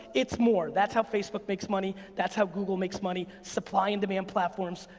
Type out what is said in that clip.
it's more. that's how facebook makes money, that's how google makes money. supply and demand platforms,